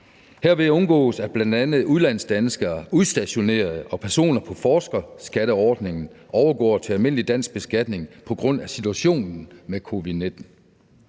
Herved undgås, at bl.a. udlandsdanskere, udstationerede og personer på forskerskatteordningen overgår til almindelig dansk beskatning på grund af situationen med covid-19.